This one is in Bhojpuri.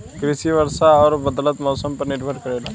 कृषि वर्षा और बदलत मौसम पर निर्भर करेला